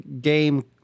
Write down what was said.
game